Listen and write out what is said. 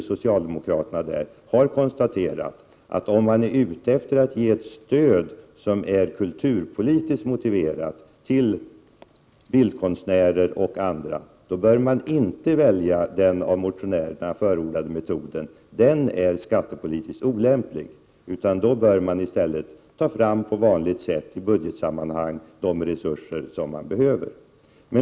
dess socialdemokratiska ledamöter — har konstaterat att om man är ute efter attge Prot. 1988/89:46 ett stöd, till bildkonstnärer och andra, som är kulturpolitiskt motiverat, bör 15 december 1988 man inte välja den av motionärerna förordade metoden. Den är skattepoli= = Tmj ocomo omm. tiskt olämplig, och man bör i stället på vanligt sätt i budgetsammanhang ta fram de resurser som behövs.